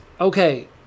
okay